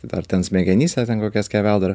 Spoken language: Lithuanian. tai dar ten smegenyse ten kokia skeveldra